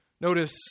Notice